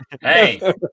Hey